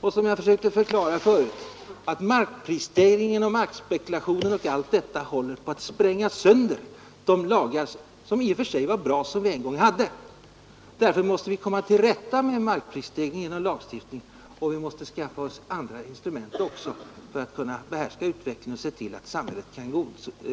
Som jag tidigare försökte förklara håller markprisstegringen och markspekulationen och allt detta på att spränga sönder de lagar som vi en gång antog och som i och för sig var ganska bra. Därför måste vi komma till rätta med markprisstegringen genom ny lagstiftning, och vi måste också skaffa oss andra nya instrument för att behärska utvecklingen och se till att samhället kan